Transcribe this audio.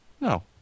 No